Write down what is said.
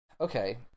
okay